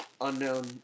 unknown